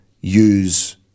use